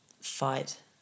fight